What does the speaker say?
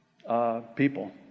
people